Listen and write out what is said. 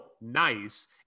nice